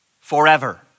forever